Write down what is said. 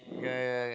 yeah yeah